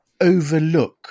overlook